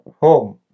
home